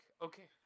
Okay